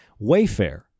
Wayfair